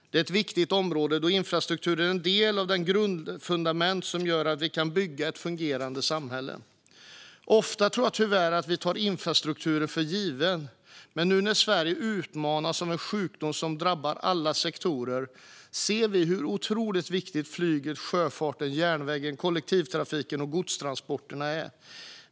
Det är ett viktigt område då infrastrukturen är en del av de grundfundament som gör att vi kan bygga ett fungerande samhälle. Ofta tror jag tyvärr att vi tar infrastrukturen för given. Men nu när Sverige utmanas av en sjukdom som drabbar alla sektorer ser vi hur otroligt viktiga flyget, sjöfarten, järnvägen, kollektivtrafiken och godstransporterna är.